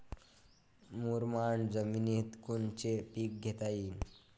मुरमाड जमिनीत कोनचे पीकं घेता येईन?